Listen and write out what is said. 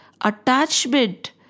attachment